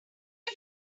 are